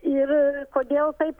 ir kodėl taip